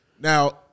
Now